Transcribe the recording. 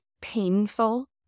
painful